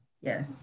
Yes